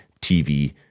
TV